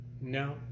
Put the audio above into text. No